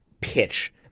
pitch